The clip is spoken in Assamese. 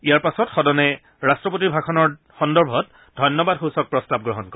ইয়াৰ পাছত সদনে ৰাট্টপতিৰ ভাষণৰ সন্দৰ্ভত ধন্যবাদসূচক প্ৰস্তাৱ গ্ৰহণ কৰে